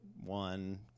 one